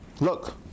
Look